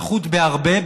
נחות בהרבה,